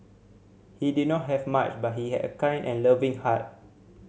he did not have much but he had a kind and loving heart